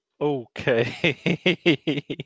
Okay